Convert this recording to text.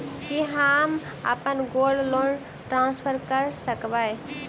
की हम अप्पन gold loan transfer करऽ सकबै?